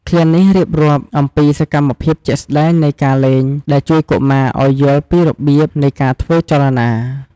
ឃ្លានេះរៀបរាប់អំពីសកម្មភាពជាក់ស្តែងនៃការលេង ដែលជួយកុមារឱ្យយល់ពីរបៀបនៃការធ្វើចលនា។